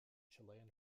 chilean